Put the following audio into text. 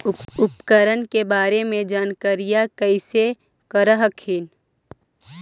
उपकरण के बारे जानकारीया कैसे कर हखिन?